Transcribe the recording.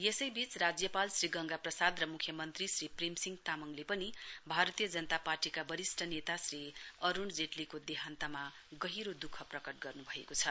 यसैबीच राज्यपाल श्री गंगा प्रसाद र मुख्यमन्त्री श्री प्रेमसिंह तामङले पनि भारतीय जनता पार्टीका वरिष्ट नेता श्री अरूण अरूण जेट्नलीको देहान्तमा गहिरो दुःख प्रकट गर्नुभएको छ